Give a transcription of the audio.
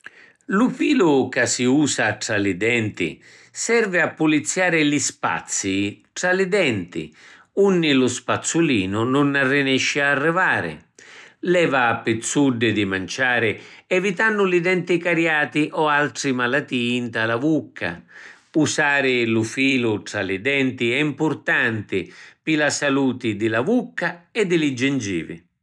Lu filu ca si usa tra li denti servi a puliziari li spazii tra li denti, unni lu spazzulinu nun arrinesci a arrivari. Leva pizzuddi di manciari evitannu li denti cariati o altri malatii nta la vucca. Usari lu filu tra li denti è mpurtanti pi la saluti di la vucca e di li gingivi.